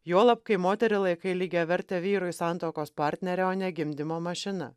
juolab kai moterį laikai lygiaverte vyrui santuokos partnere o ne gimdymo mašina